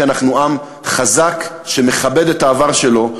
כי אנחנו עם חזק שמכבד את העבר שלו,